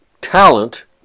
talent